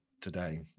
today